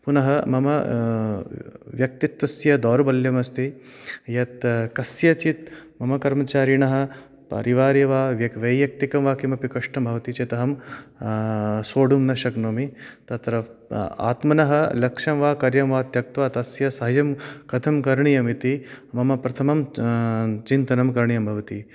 पुनः मम व्यक्तित्वस्य दौर्बल्यमस्ति यत् कस्यचित् मम कर्मचारिणः परिवारे वा वै वैयक्तिकं वा किमपि कष्टं भवति चेत् अहं सोढुं न शक्नोमि तत्र आत्मनः लक्षं वा कार्यं वा त्यक्त्वा तस्य साहाय्यं कथं करणीयम् इति मम प्रथमं चिन्तनं करणीयं भवति